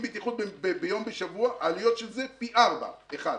בטיחות יום בשבוע העלויות של זה פי ארבעה אחת.